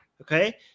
Okay